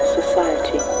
society